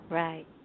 right